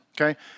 okay